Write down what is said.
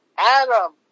Adam